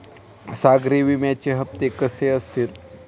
सागरी विम्याचे हप्ते कसे असतील?